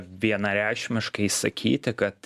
vienareikšmiškai sakyti kad